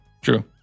True